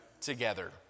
together